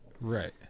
Right